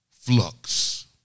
flux